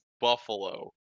Buffalo